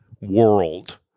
world